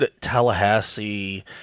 Tallahassee